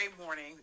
morning